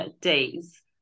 days